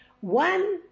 one